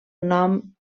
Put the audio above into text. nom